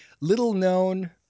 little-known